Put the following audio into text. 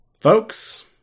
Folks